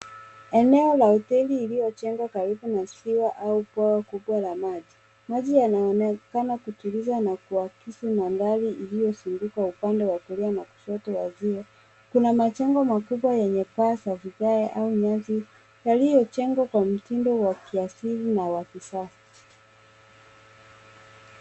Eneo la hoteli iliyojengwa karibu na ziwa au bwawa kubwa la maji. Maji yanaoenekana kutuliza na kuakizi mandhari iliyozunguka upande wa kulia na kushoto wa ziwa. Kuna majengo makubwa yenye paa za vigae au nyasi, yaliojengwa kwa mtindo wa kiasili na kisasa.